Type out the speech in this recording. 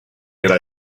era